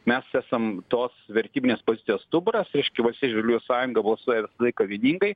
mes esam tos vertybinės pozicijos stuburas reiškia valstiečių žaliųjų sąjunga balsuoja visą laiką vieningai